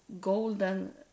golden